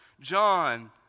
John